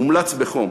מומלץ בחום.